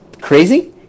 crazy